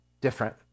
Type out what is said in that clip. different